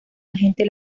agente